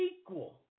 equal